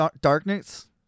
darkness